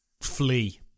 flee